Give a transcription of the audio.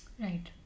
Right